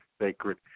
sacred